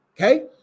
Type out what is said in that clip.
Okay